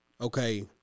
okay